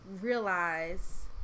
realize